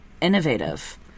Innovative